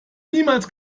niemals